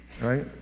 right